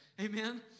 Amen